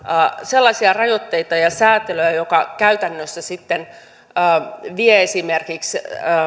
sellaisia rajoitteita ja säätelyä jotka käytännössä sitten vievät esimerkiksi siihen että